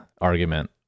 argument